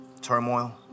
turmoil